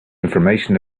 information